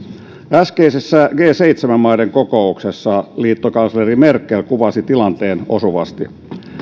äskeisessä g seitsemän maiden kokouksessa liittokansleri merkel kuvasi tilanteen osuvasti